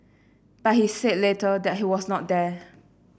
but he said later that he was not there